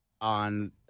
on